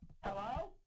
Hello